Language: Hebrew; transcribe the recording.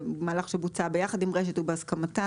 זה מהלך שבוצע ביחד עם הרשות ובהסכמתה.